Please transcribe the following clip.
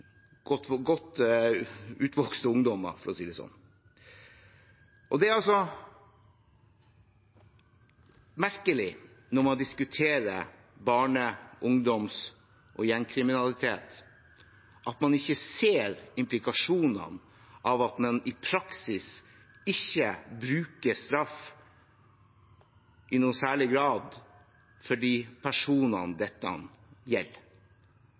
godt utvokste ungdommer, for å si det sånn. Det er merkelig når man diskuterer barne-, ungdoms- og gjengkriminalitet, at man ikke ser implikasjonene av at man i praksis ikke bruker straff i noen særlig grad for de personene dette gjelder.